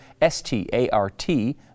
S-T-A-R-T